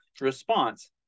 response